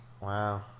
Wow